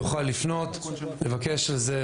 הוא יוכל לפנות ולבקש את זה,